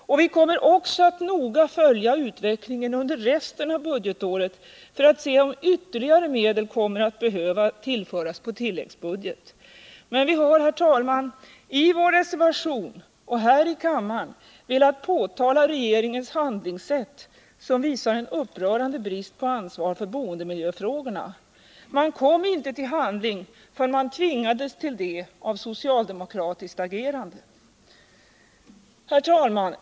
Vi kommer också att noga följa utvecklingen under resten av budgetåret för att se om ytterligare medel kommer att behöva tillföras på tilläggsbudget. Men vi har, herr talman, i vår reservation och här i kammaren velat påtala regeringens handlingssätt, som visar en upprörande brist på ansvar för boendemiljöfrågorna. Man kom inte till handling förrän man tvingades därtill av socialdemokratiskt agerande. Herr talman!